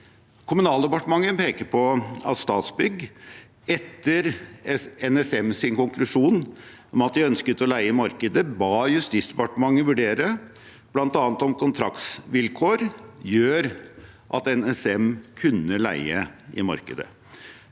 Kommunaldepartementet peker på at Statsbygg, etter NSMs konklusjon om at de ønsket å leie i markedet, ba Justisdepartementet vurdere bl.a. om kontraktsvilkår gjorde at NSM kunne leie i markedet.